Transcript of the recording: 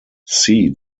see